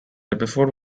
episode